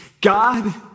God